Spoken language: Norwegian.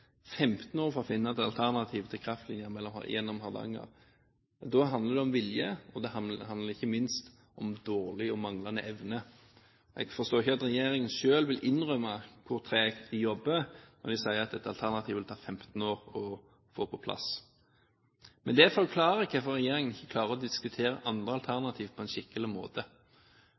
15 år for å finne et alternativ til kraftlinjen gjennom Hardanger. Da handler det om vilje, og det handler ikke minst om dårlig og manglende evne. Jeg forstår ikke at regjeringen selv vil innrømme hvor tregt de jobber når de sier at et alternativ vil ta 15 år å få på plass. Men det forklarer ikke en regjering som ikke klarer å diskutere andre alternativer på en skikkelig måte.